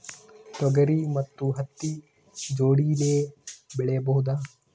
ತೊಗರಿ ಮತ್ತು ಹತ್ತಿ ಜೋಡಿಲೇ ಬೆಳೆಯಬಹುದಾ?